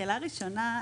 שאלה ראשונה,